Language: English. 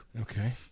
okay